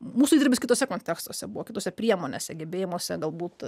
mūsų įdirbis kituose kontekstuose buvo kitose priemonėse gebėjimuose galbūt